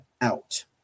out